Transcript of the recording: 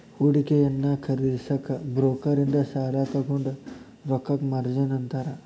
ಹೂಡಿಕೆಯನ್ನ ಖರೇದಿಸಕ ಬ್ರೋಕರ್ ಇಂದ ಸಾಲಾ ತೊಗೊಂಡ್ ರೊಕ್ಕಕ್ಕ ಮಾರ್ಜಿನ್ ಅಂತಾರ